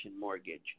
mortgage